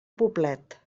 poblet